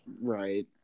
Right